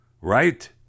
Right